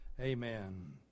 Amen